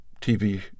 TV